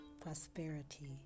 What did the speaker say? prosperity